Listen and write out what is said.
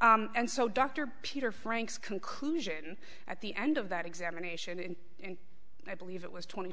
and so dr peter franks conclusion at the end of that examination and i believe it was twenty